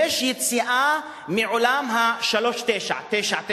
יש יציאה מעולם השלוש פעמים תשע,